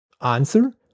Answer